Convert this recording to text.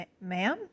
ma'am